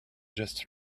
just